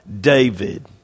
David